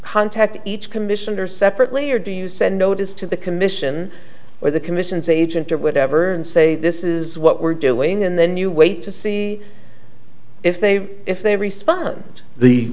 contact each commissioner separately or do you send notice to the commission or the commissions agent or whatever and say this is what we're doing and then you wait to see if they if they respond the